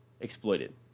exploited